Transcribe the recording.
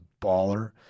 baller